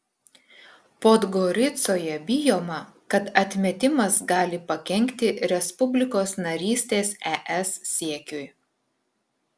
podgoricoje bijoma kad atmetimas gali pakenkti respublikos narystės es siekiui